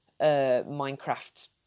Minecraft